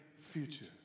future